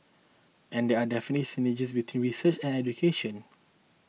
and there are definitely synergies between research and education